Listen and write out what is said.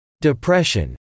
Depression